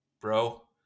bro